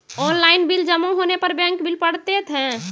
Online bill जमा होने पर बैंक बिल पड़तैत हैं?